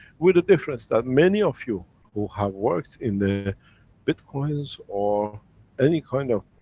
with a difference that many of you who have worked in the bitcoins or any kind of.